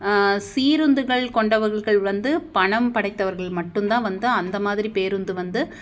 சீருந்துகள் கொண்டவர்கள் வந்து பணம் படைத்தவர்கள் மட்டும்தான் வந்து அந்தமாதிரி பேருந்து வந்து